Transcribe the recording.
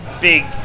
big